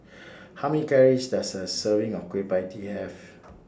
How Many Calories Does A Serving of Kueh PIE Tee Have